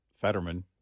Fetterman